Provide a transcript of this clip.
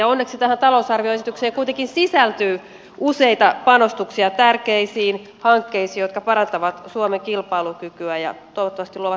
onneksi tähän talousarvioesitykseen kuitenkin sisältyy useita panostuksia tärkeisiin hankkeisiin jotka parantavat suomen kilpailukykyä ja toivottavasti luovat myös työpaikkoja